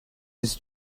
his